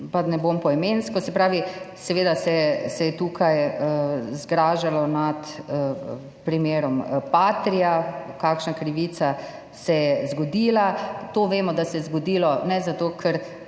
Se pravi, seveda se je tukaj zgražalo nad primerom Patria, kakšna krivica se je zgodila. Vemo, da se je to zgodilo ne zato, ker